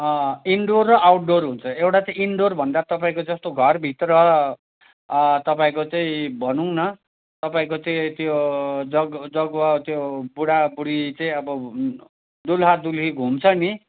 indoor र outdoor हुन्छ एउटा चाहिँ इन्डोर भन्दा तपाईँको जस्तो घरभित्र तपाईँको चाहिँ भनौँ न तपाईँको चाहिँ त्यो यज्ञ यज्ञ त्यो बुढाबुढी चाहिँ अब दुलहा दुलही घुम्छ नि